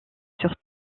sur